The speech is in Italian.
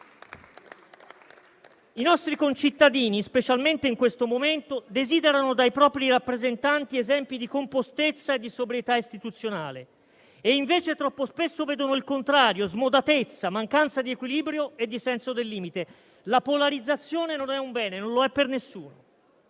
I nostri concittadini, specialmente in questo momento, desiderano dai propri rappresentanti esempi di compostezza e di sobrietà istituzionale e invece troppo spesso vedono il contrario: smodatezza, mancanza di equilibrio e di senso del limite. La polarizzazione non è un bene, non lo è per nessuno.